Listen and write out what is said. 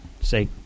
say